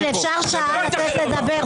רוטמן, אפשר שעה לתת לדבר.